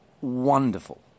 wonderful